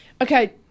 Okay